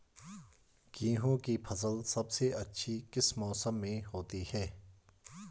गेहूँ की फसल सबसे अच्छी किस मौसम में होती है